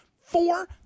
four